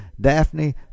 Daphne